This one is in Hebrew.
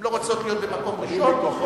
הן לא רוצות להיות במקום ראשון,